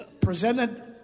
presented